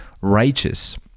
righteous